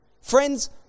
Friends